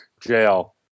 jail